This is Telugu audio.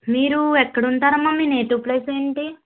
మీరు ఎక్కడ ఉంటారు అమ్మా మీ నేటివ్ ప్లేస్ ఏంటి